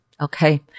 Okay